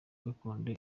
gakondo